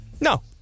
No